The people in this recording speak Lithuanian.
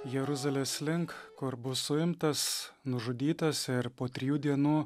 jeruzalės link kur bus suimtas nužudytas ir po trijų dienų